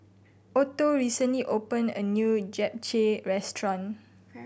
Otto recently opened a new Japchae Restaurant